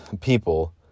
people